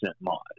mod